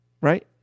right